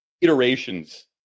iterations